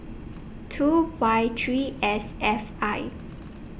two Y three S F I